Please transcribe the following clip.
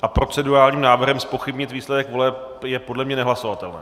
A procedurálním návrhem zpochybnit výsledek voleb je podle mě nehlasovatelné.